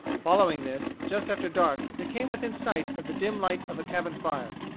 following this, just after dark they came within sight of the dim light of a cabin fire.